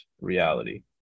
reality